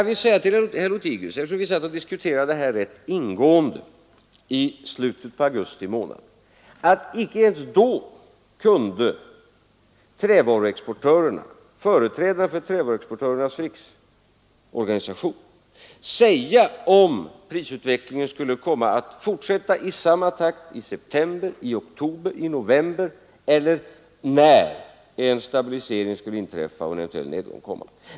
Vi satt och diskuterade det här rätt ingående i slutet av augusti månad, och jag vill säga till herr Lothigius att icke ens då kunde företrädarna för trävaruexportörernas riksorganisation säga om prisutvecklingen skulle komma att fortsätta i samma takt i september, i oktober och i november eller när en stabilisering skulle inträffa och en eventuell nedgång komma.